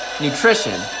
nutrition